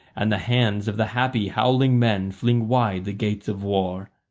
and the hands of the happy howling men fling wide the gates of war.